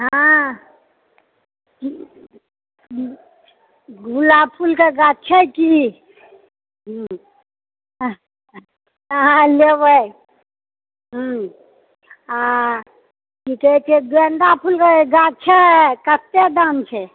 हँ गुलाब फुलके गाछ छै की हुँ हँ लेबइ हुँ आ की कहै छै गेंदा फुलके गाछ छै कते दाम छै